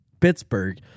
Pittsburgh